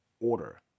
order